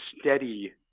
steady